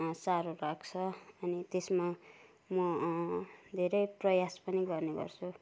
साह्रो लाग्छ अनि त्यसमा म धेरै प्रयास पनि गर्ने गर्छु